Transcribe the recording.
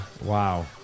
Wow